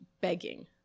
begging